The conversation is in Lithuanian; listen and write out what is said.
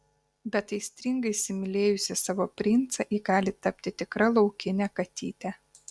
bet aistringai įsimylėjusi savo princą ji gali tapti tikra laukine katyte